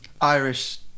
Irish